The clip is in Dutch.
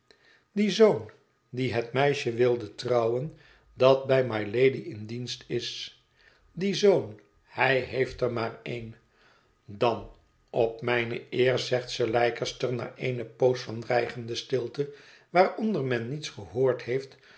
die zoon die het meisje wilde trouwen dat bij mylady in dienst is die zoon hij heeft er maar een dan op mijne eer zegt sir leicester na eene poos van dreigende stilte waaronder men niets gehoord heeft